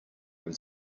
when